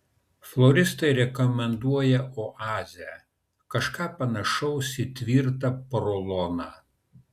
floristai rekomenduoja oazę kažką panašaus į tvirtą poroloną